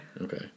Okay